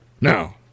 Now